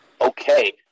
Okay